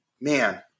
man